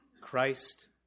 Christ